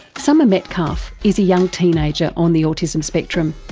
summer metcalfe is a young teenager on the autism spectrum.